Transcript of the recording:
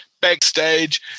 backstage